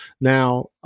now